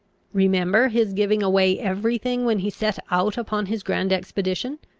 remember his giving away every thing when he set out upon his grand expedition,